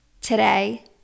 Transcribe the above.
Today